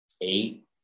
eight